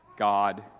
God